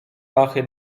pachy